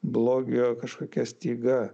blogio kažkokia styga